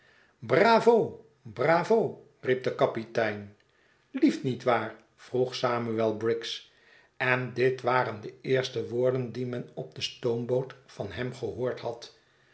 bravo bravo riep de kapitein lief niet waar vroeg samuel briggs en dit waren de eerste woorden die men op de stoomboot van hem gehoord had